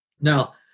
Now